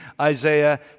Isaiah